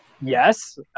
yes